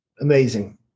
Amazing